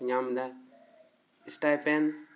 ᱧᱟᱢ ᱮᱫᱟ ᱥᱴᱟᱭᱯᱮᱱᱰ